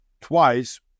twice